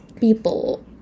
people